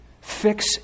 Fix